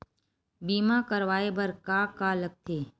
बीमा करवाय बर का का लगथे?